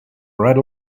right